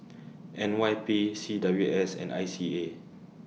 N Y P C W S and I C A